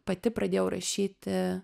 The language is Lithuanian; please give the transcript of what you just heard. pati pradėjau rašyti